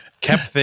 kept